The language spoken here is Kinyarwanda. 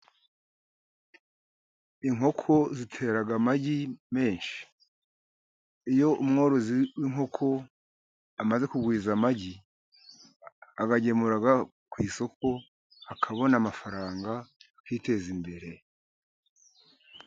Inkoko zitera amagi menshi. Iyo umworozi w'inkoko amaze kugwiza amagi, ayagemura ku isoko akabona amafaranga yo kwiteza imbere.